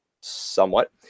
somewhat